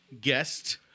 guest